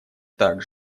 так